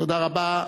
תודה רבה.